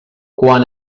quan